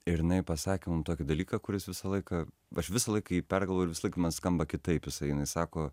ir jinai pasakė tokį dalyką kuris visą laiką aš visąlaik jį pergalvoju ir visąlaik man skamba kitaip jisai jinai sako